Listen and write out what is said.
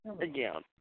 again